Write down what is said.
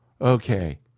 Okay